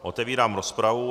Otevírám rozpravu.